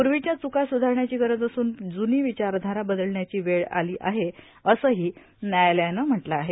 पूर्वीच्या चुका सुधारण्याची गरज असून जूनी विचारधारा बदलण्याची वेळ आली आहे असंही व्यायालयानं म्हटलं आहे